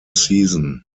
season